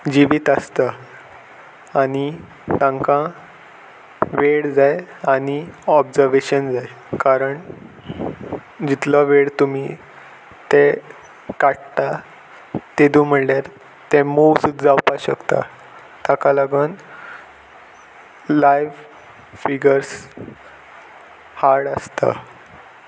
जिवीत आसता आनी तांकां वेळ जाय आनी ओब्जवेशन जाय कारण जितलो वेळ तुमी ते काटा तेितू म्हणल्यार ते मूव सुद्द जावपाक शकता ताका लागून लायव फिगर्स हार्ड आसता